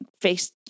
face